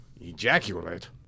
Ejaculate